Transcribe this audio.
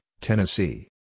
Tennessee